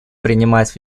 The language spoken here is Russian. принимать